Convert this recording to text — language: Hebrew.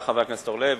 בבקשה, חבר הכנסת אורלב.